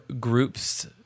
groups